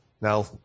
Now